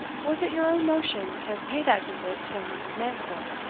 was it your own notion to pay that visit to mrs. mandeville?